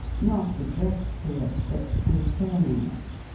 not addressed to us, but concerning us.